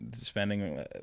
spending